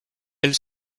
elle